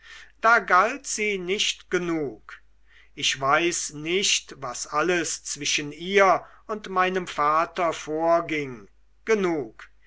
da galt sie nicht genug ich weiß nicht was alles zwischen ihr und meinem vater vorging genug